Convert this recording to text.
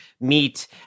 meet